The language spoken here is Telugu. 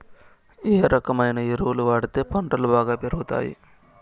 ఏ రకమైన ఎరువులు వాడితే పంటలు బాగా పెరుగుతాయి?